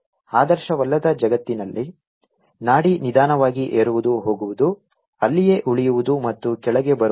ಆದರ್ಶವಲ್ಲದ ಜಗತ್ತಿನಲ್ಲಿ ನಾಡಿ ನಿಧಾನವಾಗಿ ಏರುವುದು ಹೋಗುವುದು ಅಲ್ಲಿಯೇ ಉಳಿಯುವುದು ಮತ್ತು ಕೆಳಗೆ ಬರುವುದು